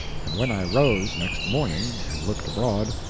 and when i rose next morning and looked abroad,